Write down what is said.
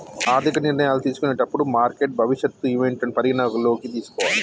ఆర్థిక నిర్ణయాలు తీసుకునేటప్పుడు మార్కెట్ భవిష్యత్ ఈవెంట్లను పరిగణనలోకి తీసుకోవాలే